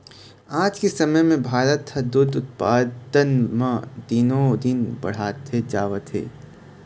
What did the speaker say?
आज के समे म भारत ह दूद उत्पादन म दिनो दिन बाड़हते जावत हे